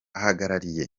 ahagarariye